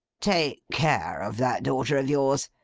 take care of that daughter of yours.